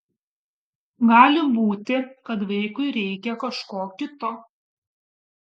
gali būti kad vaikui reikia kažko kito